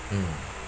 mm